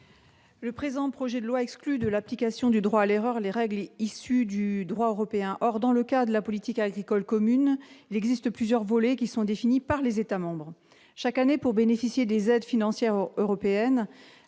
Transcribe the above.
Le présent projet de loi exclut de l'application du droit à l'erreur les règles issues du droit européen. Or, dans le cas de la politique agricole commune, la PAC, il existe plusieurs volets qui sont définis par les États membres. Chaque année, pour bénéficier des aides financières européennes